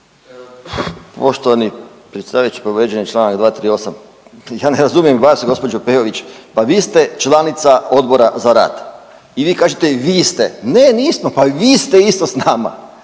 Poštovani predsjedavajući povrijeđen je članak 238. Ja ne razumijem vas gospođo Peović, pa vi ste članica Odbora za rad i vi kažete vi ste. Ne nismo, pa vi ste isto sa nama.